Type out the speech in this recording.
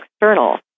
external